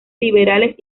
liberales